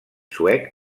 suec